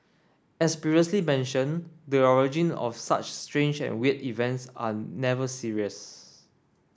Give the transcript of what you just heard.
as previously mentioned the origin of such strange and weird events are never serious